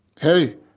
Hey